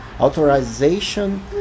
authorization